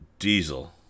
diesel